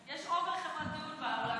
יש אובר-חברתיות באולם.